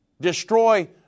Destroy